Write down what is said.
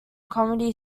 comedy